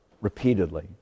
repeatedly